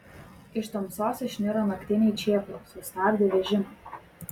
iš tamsos išniro naktiniai čėplos sustabdė vežimą